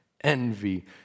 envy